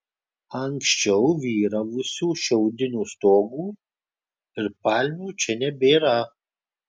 anksčiau vyravusių šiaudinių stogų ir palmių čia nebėra